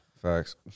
Facts